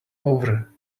over